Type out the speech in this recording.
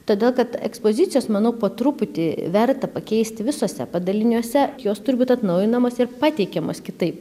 todėl kad ekspozicijas manau po truputį verta pakeisti visuose padaliniuose jos turi būti atnaujinamos ir pateikiamos kitaip